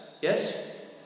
Yes